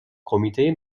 کمیته